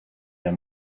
der